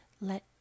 let